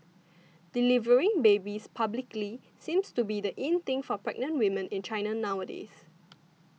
delivering babies publicly seems to be the in thing for pregnant women in China nowadays